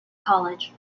college